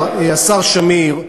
נתתי לך גם את זכות הדיבור.